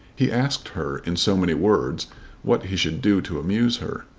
he asked her in so many words what he should do to amuse her.